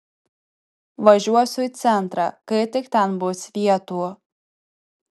važiuosiu į centrą kai tik ten bus vietų